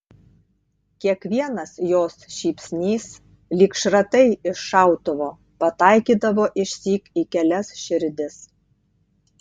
kiekvienas jos šypsnys lyg šratai iš šautuvo pataikydavo išsyk į kelias širdis